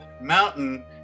mountain